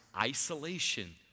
isolation